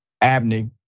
Abney